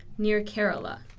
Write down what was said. near kerala.